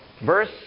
verse